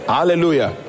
Hallelujah